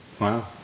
Wow